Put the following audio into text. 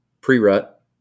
pre-rut